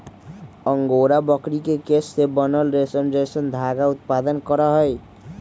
angora बकरी के केश से बनल रेशम जैसन धागा उत्पादन करहइ